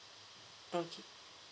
okay